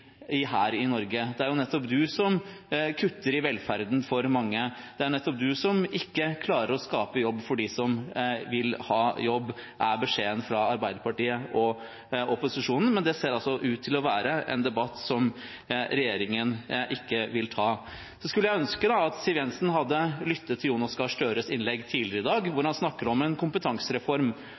her i Norge. Det er jo nettopp du som kutter i velferden for mange. Det er nettopp du som ikke klarer å skape jobber for dem som vil ha jobb. Det er beskjeden fra Arbeiderpartiet og opposisjonen, men det ser ut til å være en debatt som regjeringen ikke vil ta. Jeg skulle ønske at Siv Jensen hadde lyttet til Jonas Gahr Støres innlegg tidligere i dag, hvor han snakker om en kompetansereform,